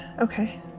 okay